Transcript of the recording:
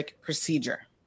procedure